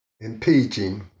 impeaching